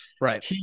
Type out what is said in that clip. Right